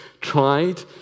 tried